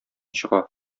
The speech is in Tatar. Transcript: чыга